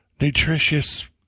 nutritious